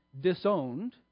disowned